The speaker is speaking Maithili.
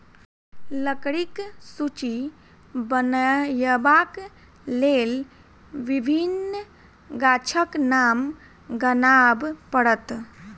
लकड़ीक सूची बनयबाक लेल विभिन्न गाछक नाम गनाब पड़त